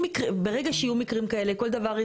ברגע שיהיו מקרים כאלה כל דבר,